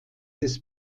des